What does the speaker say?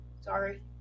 sorry